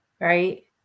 right